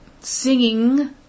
singing